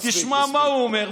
תשמע מה הוא אומר,